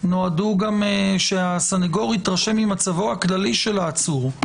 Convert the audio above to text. נועדו גם שהסנגור יתרשם ממצבו הכללי של העצור,